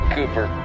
Cooper